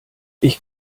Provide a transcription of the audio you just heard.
ich